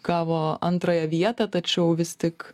gavo antrąją vietą tačiau vis tik